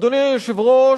אדוני היושב-ראש,